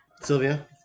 Sylvia